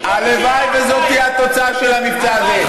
הלוואי שזו תהיה התוצאה של המבצע הזה,